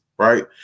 Right